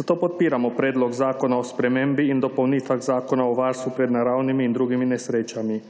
zato podpiramo Predlog zakona o spremembi in dopolnitvi Zakona o varstvu pred naravnimi in drugimi nesrečami.